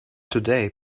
today